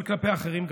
אבל גם כלפי אחרים.